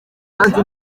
hanze